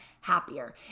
happier